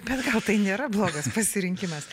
bet gal tai nėra blogas pasirinkimas